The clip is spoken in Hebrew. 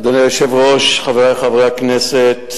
אדוני היושב-ראש, חברי חברי הכנסת,